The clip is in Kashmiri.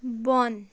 بۄن